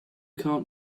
can’t